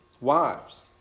wives